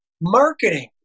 Marketing